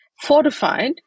fortified